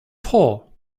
paw